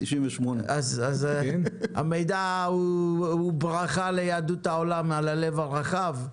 98%. המידע הוא ברכה ליהדות העולם על הלב הרחב,